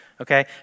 okay